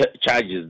charges